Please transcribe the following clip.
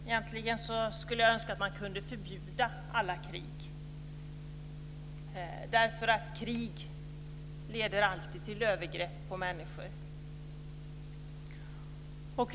Egentligen skulle jag önska att man kunde förbjuda alla krig, därför att krig alltid leder till övergrepp på människor.